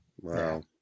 Wow